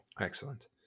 Excellent